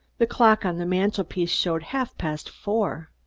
the clock on the mantel-piece showed half past four.